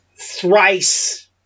Thrice